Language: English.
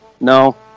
No